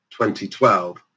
2012